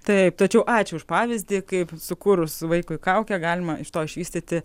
taip tačiau ačiū už pavyzdį kaip sukūrus vaikui kaukę galima iš to išvystyti